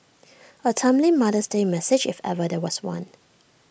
A timely mother's day message if there ever was one